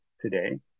today